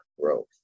growth